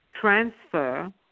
transfer